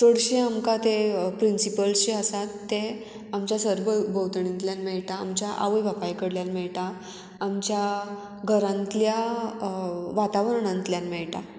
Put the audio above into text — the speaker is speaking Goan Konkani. चडशे आमकां ते प्रिंसिपल्स जे आसात ते आमच्या सर भोंवतणींतल्यान मेळटा आमच्या आवय बापाय कडल्यान मेळटा आमच्या घरांतल्या वातावरणांतल्यान मेळटा